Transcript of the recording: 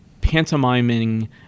pantomiming